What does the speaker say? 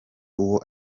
uwo